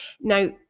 Now